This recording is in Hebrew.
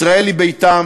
ישראל היא ביתם,